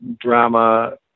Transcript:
drama